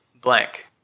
blank